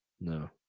No